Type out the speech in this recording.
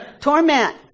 Torment